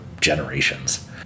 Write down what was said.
generations